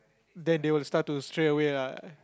then they will start to stray away ah